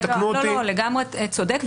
יתקנו אותי --- אתה לגמרי צודק,